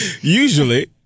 Usually